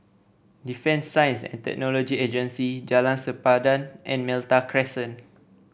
Defence Science and Technology Agency Jalan Sempadan and Malta Crescent